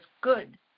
good